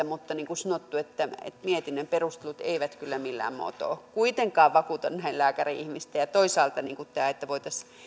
mutta niin kuin sanottu mietinnön perustelut eivät kyllä millään muotoa kuitenkaan vakuuta näin lääkäri ihmistä toisaalta tämä että voitaisiin